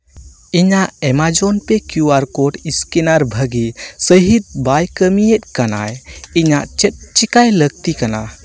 ᱤᱧᱟᱹᱜ Amazon Pay Q R code scanner ᱵᱷᱟᱹᱜᱤ ᱥᱟᱹᱦᱤᱡ ᱵᱟᱭ ᱠᱟᱹᱢᱤᱭᱮᱜ ᱠᱟᱱᱟ ᱤᱧᱟᱹᱜ ᱪᱮᱫ ᱪᱤᱠᱟᱹᱭ ᱞᱟᱹᱠᱛᱤ ᱠᱟᱱᱟ